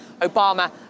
Obama